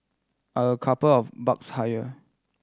are a couple of bucks higher